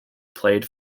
played